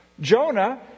Jonah